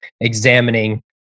examining